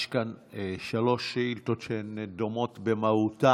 יש כאן שלוש שאילתות שהן דומות במהותן.